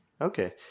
okay